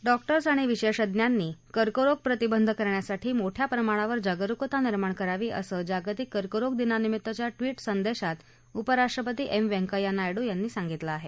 doctors आणि विशेषज्ञांनी कर्करोग प्रतिबंध करण्यासाठी मोठ्या प्रमाणावर जागरुकता निर्माण करावी असं जागतिक कर्करोग दिनानिमित्तच्या ट्विट संदेशात उपराष्ट्रपती एम व्यंकय्या नायडू यांनी सांगितलं आहे